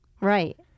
Right